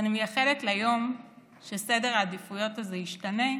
אני מייחלת ליום שסדר העדיפויות הזה ישתנה.